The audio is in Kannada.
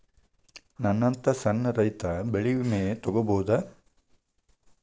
ನನ್ನಂತಾ ಸಣ್ಣ ರೈತ ಬೆಳಿ ವಿಮೆ ತೊಗೊಬೋದ?